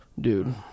Dude